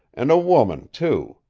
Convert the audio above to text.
and a woman, too.